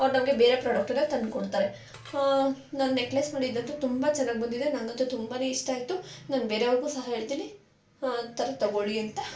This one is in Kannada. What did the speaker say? ಅವ್ರು ನಮಗೆ ಬೇರೆ ಪ್ರಾಡಕ್ಟನ್ನು ತಂದು ಕೊಡ್ತಾರೆ ನಾನು ನೆಕ್ಲೆಸ್ ಮಾಡಿದ್ದಂತು ತುಂಬ ಚೆನ್ನಾಗಿ ಬಂದಿದೆ ನಂಗಂತೂ ತುಂಬಾನೆ ಇಷ್ಟ ಆಯ್ತು ನಾನು ಬೇರೆಯವ್ರಿಗೂ ಸಹ ಹೇಳ್ತೀನಿ ಆ ಥರ ತೊಗೊಳಿ ಅಂತ